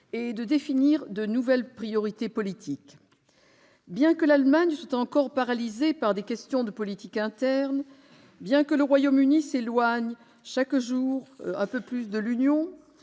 et de définir de nouvelles priorités politiques. Bien que l'Allemagne soit encore paralysée par des questions de politique interne, bien que le Royaume-Uni s'éloigne de plus en plus chaque jour de l'Union